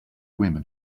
women